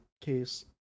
case